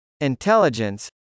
Intelligence